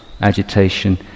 agitation